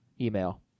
email